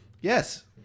Yes